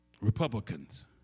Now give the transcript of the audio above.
Republicans